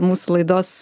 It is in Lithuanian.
mūsų laidos